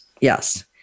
Yes